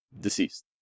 deceased